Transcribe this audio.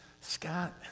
Scott